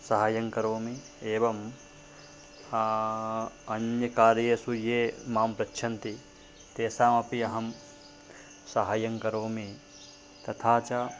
सहाय्यङ्करोमि एवम् अन्यकार्येषु ये मां पृच्छन्ति तेषामपि अहं सहाय्यं करोमि तथा च